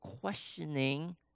questioning